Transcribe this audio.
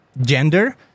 gender